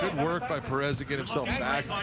work by perez to get it so back.